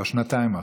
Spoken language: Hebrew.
בשנתיים האחרונות.